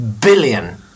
billion